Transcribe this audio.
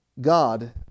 God